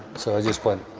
so i just went.